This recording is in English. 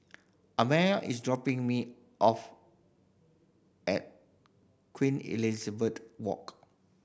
Amaya is dropping me off at Queen Elizabeth Walk